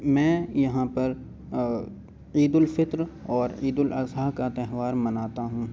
میں یہاں پر عید الفطر اور عید الاضحی کا تہوار مناتا ہوں